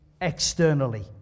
externally